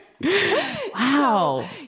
Wow